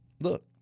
Look